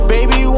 Baby